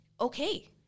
Okay